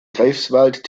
greifswald